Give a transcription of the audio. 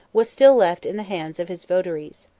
was still left in the hands of his votaries.